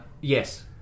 Yes